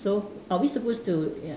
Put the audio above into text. so are we supposed to ya